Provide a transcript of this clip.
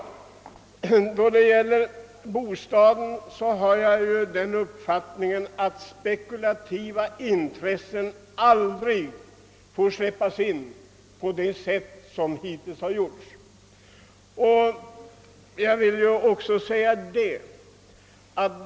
Då det gäller bostäderna har jag den uppfattningen att spekulativa intressen aldrig borde få släppas in på det sätt som hittills skett.